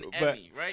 right